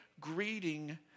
greeting